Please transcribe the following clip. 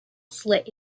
slave